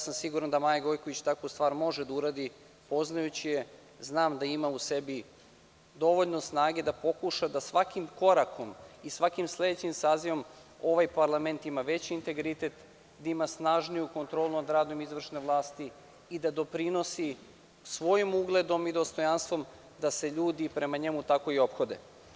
Siguran sam da Maja Gojković takvu stvar može da uradi, poznajući je, znam da ima u sebi dovoljno snage da pokuša da svakim korakom i svakim sledećim sazivom ovaj parlament ima veći integritet, da ima snažniju kontrolu nad radom izvršne vlasti i da doprinosi svojim ugledom i dostojanstvom da se ljudi prema njemu tako ophode.